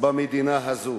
במדינה הזו.